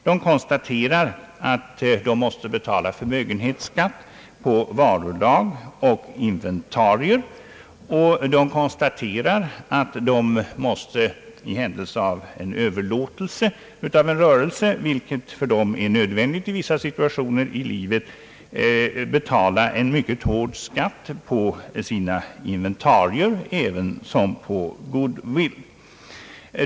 De konstaterar, att de måste betala förmögenhetsskatt på varulager och inventarier, och de konstaterar att de måste i händelse av en överlåtelse av en rörelse — vilket för dem är nödvändigt i vissa situationer i livet — betala en mycket hård skatt på sin: inventarier även som på good-will.